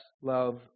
love